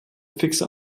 fixe